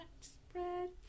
spread